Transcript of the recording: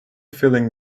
filling